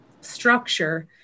structure